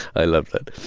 i love that.